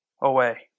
away